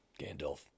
Gandalf